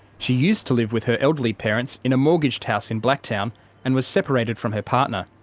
she used to live with her elderly parents in a mortgaged house in blacktown and was separated from her partner.